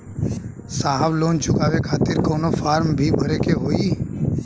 साहब लोन चुकावे खातिर कवनो फार्म भी भरे के होइ?